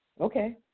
okay